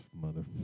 mother